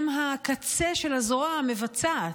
הקצה של הזרוע המבצעת,